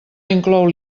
inclou